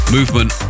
Movement